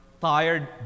tired